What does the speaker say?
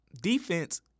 defense